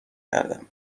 کردم